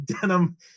denim